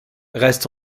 reste